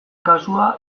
kasua